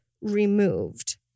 removed